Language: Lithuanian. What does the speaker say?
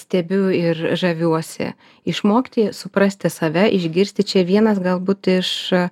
stebiu ir žaviuosi išmokti suprasti save išgirsti čia vienas galbūt iš